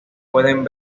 pueden